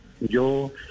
Yo